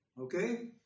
Okay